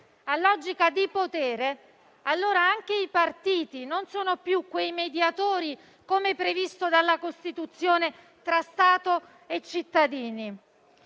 a logica di potere, allora anche i partiti non sono più quei mediatori - come previsto dalla Costituzione - tra Stato e cittadini.